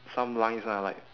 some lines ah like